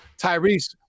tyrese